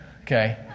Okay